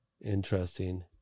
interesting